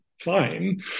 fine